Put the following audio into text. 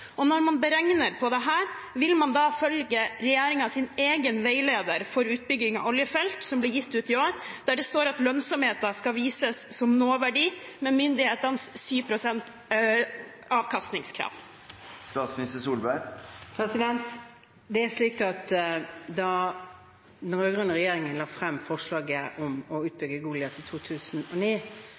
Og når man beregner dette, vil man da følge regjeringens egen veileder for utbygging av oljefelt – som ble gitt ut i år – der det står at lønnsomheten «skal vises som nåverdi med myndighetenes 7 pst. avkastningskrav»? Da den rød-grønne regjeringen la frem forslaget om å utbygge Goliat, i 2009,